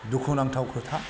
दुखुनांथाव खोथा